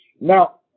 Now